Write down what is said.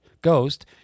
ghost